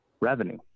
revenue